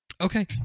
Okay